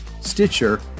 Stitcher